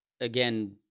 again